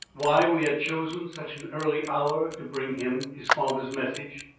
why we had chosen such an early hour to bring him his father's message.